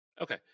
Okay